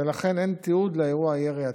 ולכן אין תיעוד לאירוע הירי עצמו.